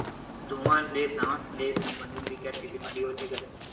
धुवा ले सास ले संबंधित बिकट के बेमारी होथे गा